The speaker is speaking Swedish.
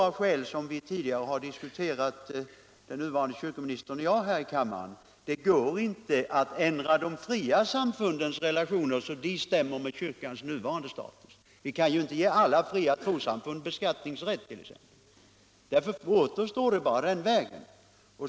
Av skäl som den föregående kyrkoministern och jag tidigare har diskuterat här i kammaren går det inte att ändra de fria samfundens relationer så att de stämmer med kyrkans nuvarande status. Vi kan ju inte ge alla fria trossamfund beskattningsrätt t.ex. Därför återstår bara den vägen.